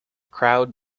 crowd